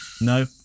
No